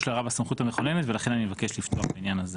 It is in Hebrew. השימוש לרעה בסמכות המכוננת ולכן אני מבקש לפתוח בעניין זה.